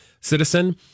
citizen